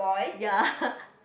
ya